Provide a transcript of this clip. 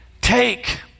take